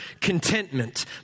contentment